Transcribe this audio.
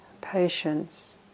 patience